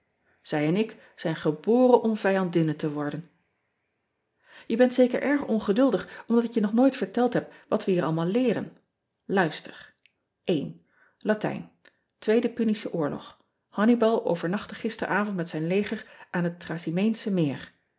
ij en ik zijn geboren om vijandinnen te worden e bent zeker erg ongeduldig omdat ik je nog nooit verteld heb wat we hier allemaal leeren uister atijn weede unische orlog annibal overnachtte gisteravond met zijn leger aan het rasimeensche meer